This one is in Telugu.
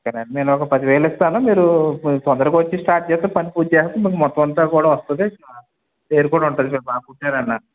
సరే అండి నేను ఒక పది వేలు ఇస్తాను మీరు కొంచెం తొందరగా వచ్చి స్టార్ట్ చేస్తే పని పూర్తి చేసేస్తే మీకు మొత్తం అంతా కూడా వస్తుంది పేరు కూడా ఉంటుంది బాగా కుట్టారు అన్న